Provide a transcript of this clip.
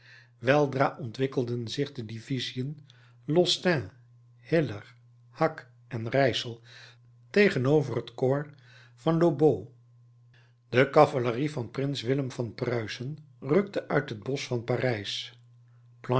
weldra ontwikkelden zich de divisiën losthin hiller hacke en ryssel tegenover het corps van lobau de cavalerie van prins willem van pruisen rukte uit het bosch van parijs